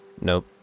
Nope